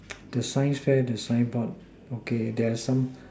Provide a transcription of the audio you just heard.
the sign fair the sign board okay there are some